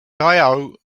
dio